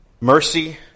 Mercy